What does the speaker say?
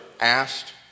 asked